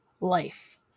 life